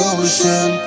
ocean